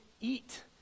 eat